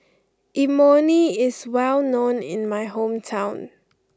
Imoni is well known in my hometown